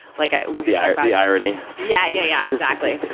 like i the irony. yeah yeah, yeah. exactly.